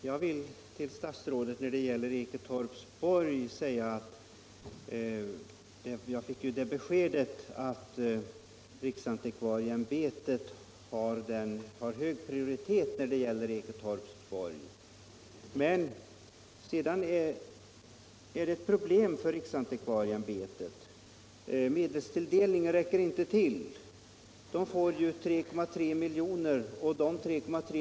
Herr talman! Statsrådet gav här det beskedet att riksantikvarieämbetet har hög prioritet för Eketorps borg. Men sedan är det problem för riksantikvarieiämbetet att få medelstilldelningen att räcka till: De 3,3 milj.kr. som man får är redan hårt intecknade.